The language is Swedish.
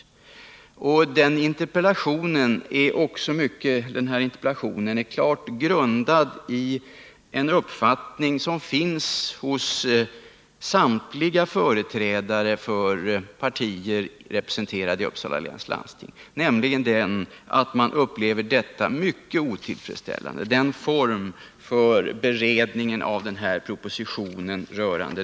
Interpellationen är klart grundad på en uppfattning som finns hos samtliga företrädare för partierna i Uppsala läns landsting, nämligen att man upplever beredningen av den här propositionen om regionsjukvården som mycket otillfredsställande.